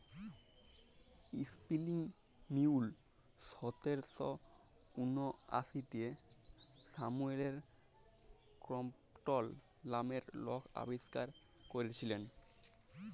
spinning mule সতের শ উনআশিতে স্যামুয়েল ক্রম্পটল লামের লক আবিষ্কার ক্যইরেছিলেল